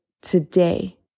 today